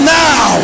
now